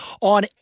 on